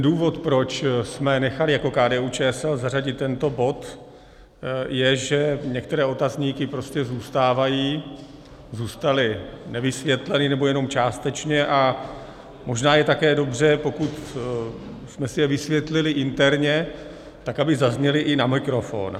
Důvod, proč jsme nechali jako KDUČSL zařadit tento bod, je, že některé otazníky prostě zůstávají, zůstaly nevysvětleny, nebo jenom částečně, a možná je také dobře, pokud jsme si je vysvětlili interně, tak aby zazněly i na mikrofon.